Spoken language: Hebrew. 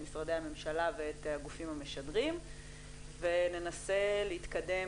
את משרדי הממשלה ואת הגופים המשדרים וננסה להתקדם